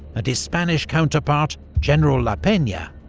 and his spanish counterpart general la pena,